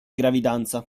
gravidanza